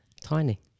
tiny